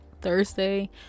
thursday